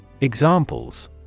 Examples